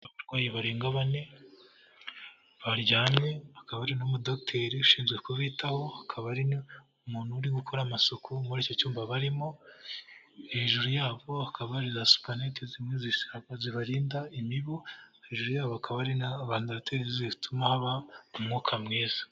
Abarwayi barenga bane baryamye akaba ari n'umudeteri ushinzwe kubitaho, akaba ari umuntu uri gukora amasuku muri icyo cyumba barimo, hejuru yabo akaba ari za supanet zimwe zibarinda imibu, hejuru yabo hakaba hari na vandaloteri zituma haba umwuka mwiza.